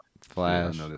Flash